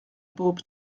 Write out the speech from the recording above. bob